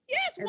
Yes